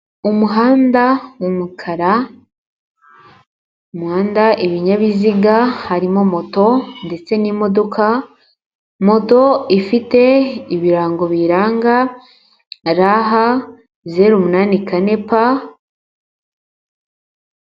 Umuhanda w'umukara. Mu muhanda, ibinyabiziga harimo moto ndetse n'imodoka. Moto ifite ibirango biyiranga RH 084 P.